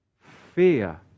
Fear